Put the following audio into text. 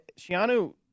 Shianu